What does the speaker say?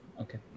Okay